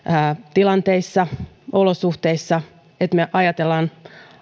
tilanteissa ja olosuhteissa että me ajattelemme